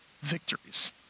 victories